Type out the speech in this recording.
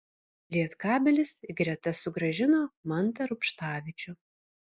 lietkabelis į gretas sugrąžino mantą rubštavičių